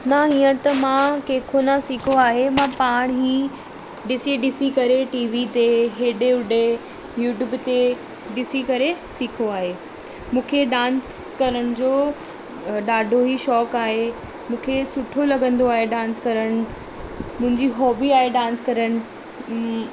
न हीअंर त मां कंहिंखां न सिखो आहे मां पाण ई ॾिसी ॾिसी करे टीवी ते हेॾे होॾे यूट्यूब ते ॾिसी करे सिखो आहे मूंखे डांस करण जो ॾाढो ई शौक़ु आहे मूंखे सुठो लॻंदो आहे डांस करणु मुंहिंजी हॉबी आहे डांस करणु